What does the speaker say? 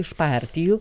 iš partijų